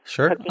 Sure